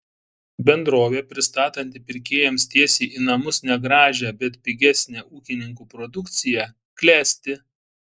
bendrovė pristatanti pirkėjams tiesiai į namus negražią bet pigesnę ūkininkų produkciją klesti